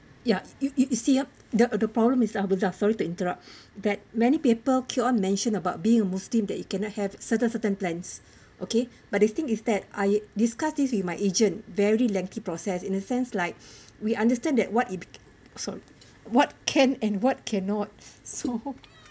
ya you you see ah the the problem is ah huza sorry to interrupt that many people keep on mentioning about being a muslim that you cannot have certain certain plans okay but the thing is that I discuss this with my agent very lengthy process in a sense like we understand that what if sorry what can and what cannot so